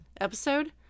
episode